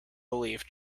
belief